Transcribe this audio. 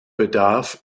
bedarf